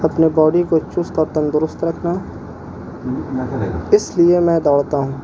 اپنے باڈی کو چست اور تندرست رکھنا اس لیے میں دوڑتا ہوں